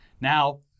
Now